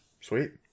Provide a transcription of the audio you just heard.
Sweet